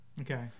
Okay